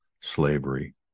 slavery